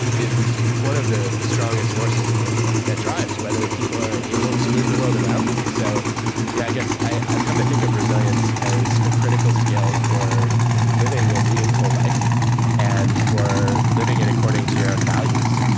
is one of the the strongest forces that that drives whether people are able to move the world around them. and so yeah i guess i've come to think of resilience as a critical skill for living a meaningful life and for living it according to your own values.